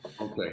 Okay